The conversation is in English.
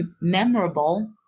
memorable